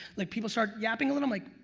like people start yapping a little, like